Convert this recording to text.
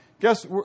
guess